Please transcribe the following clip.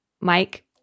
Mike